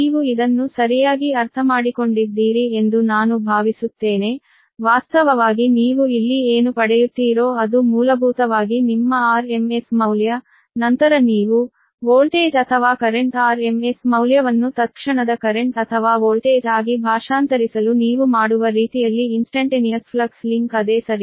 ನೀವು ಇದನ್ನು ಸರಿಯಾಗಿ ಅರ್ಥಮಾಡಿಕೊಂಡಿದ್ದೀರಿ ಎಂದು ನಾನು ಭಾವಿಸುತ್ತೇನೆ ವಾಸ್ತವವಾಗಿ ನೀವು ಇಲ್ಲಿ ಏನು ಪಡೆಯುತ್ತೀರೋ ಅದು ಮೂಲಭೂತವಾಗಿ ನಿಮ್ಮ RMS ಮೌಲ್ಯ RMS ಮೌಲ್ಯ ಮತ್ತು ನಂತರ ನೀವು ನೀವು ವೋಲ್ಟೇಜ್ ಅಥವಾ ಕರೆಂಟ್ RMS ಮೌಲ್ಯವನ್ನು ಇನಸ್ಟಂಟೀನಿಯಸ್ ಕರೆಂಟ್ ಅಥವಾ ವೋಲ್ಟೇಜ್ ಆಗಿ ಭಾಷಾಂತರಿಸಲು ನೀವು ಮಾಡುವ ರೀತಿಯಲ್ಲಿ ಇನಸ್ಟಂಟೀನಿಯಸ್ ಫ್ಲಕ್ಸ್ ಲಿಂಕ್ ಅದೇ ಸರಿ